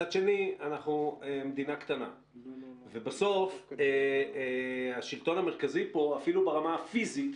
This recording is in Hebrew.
מצד שני אנחנו מדינה קטנה ובסוף השלטון המרכזי פה אפילו ברמה הפיזית.